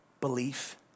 belief